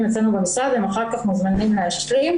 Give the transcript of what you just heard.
אצלנו במשרד והם אחר כך מוזמנים להשלים,